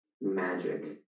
magic